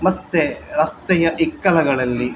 ಮತ್ತು ರಸ್ತೆಯ ಇಕ್ಕೆಲಗಳಲ್ಲಿ